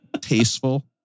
tasteful